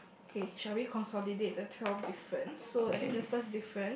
okay shall we consolidate the twelve difference so I think the first difference